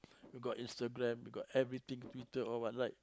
we got Instagram we got everything Twitter all but like